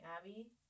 Abby